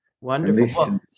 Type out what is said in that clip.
Wonderful